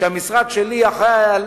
כשהמשרד שלי אחראי על